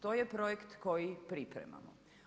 To je projekt koji pripremamo.